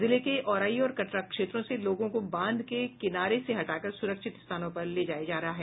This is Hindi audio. जिले के औराई और कटरा क्षेत्रों से लोगों को बांध के किनारे से हटाकर सुरक्षित स्थानों पर ले जाया जा रहा है